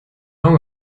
auge